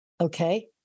Okay